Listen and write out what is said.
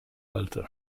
alte